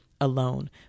alone